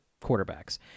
quarterbacks